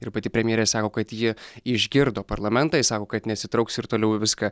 ir pati premjerė sako kad ji išgirdo parlamentą ji sako kad nesitrauks ir toliau viską